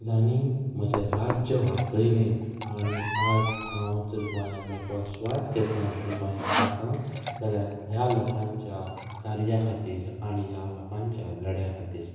जाणी म्हजे राज्य वाचयले आनी आज हांव जर गोंयान मेगळो श्वास घेता आनी गोंयांत आसा जाल्या ह्या लोकांच्या कार्या खातीर आनी ह्या लोकांच्या लड्या खातीर